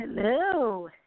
Hello